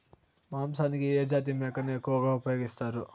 మాంసానికి ఏ జాతి మేకను ఎక్కువగా ఉపయోగిస్తారు?